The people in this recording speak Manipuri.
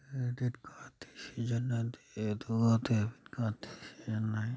ꯀ꯭ꯔꯦꯗꯤꯠ ꯀꯥꯔꯠꯇꯤ ꯁꯤꯖꯟꯅꯗꯦ ꯑꯗꯨꯒ ꯗꯦꯕꯤꯠ ꯀꯥꯔꯠꯇꯤ ꯁꯤꯖꯟꯅꯩ